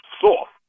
soft